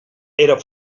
era